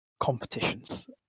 competitions